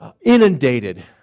inundated